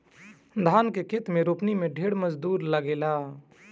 धान के खेत में रोपनी में ढेर मजूर लागेलन